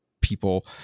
people